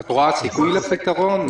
את רואה סיכוי לפתרון?